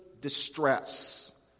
distress